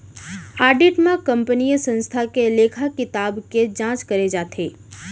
audit म कंपनीय संस्था के लेखा किताब के जांच करे जाथे